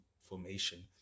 formation